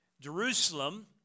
Jerusalem